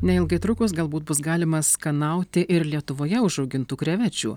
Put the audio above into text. neilgai trukus galbūt bus galima skanauti ir lietuvoje užaugintų krevečių